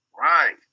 Right